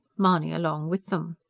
mahony along with them.